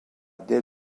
dès